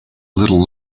little